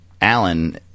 Alan